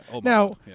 Now